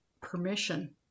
permission